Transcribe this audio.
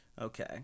Okay